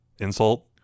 insult